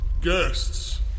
Guests